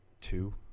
two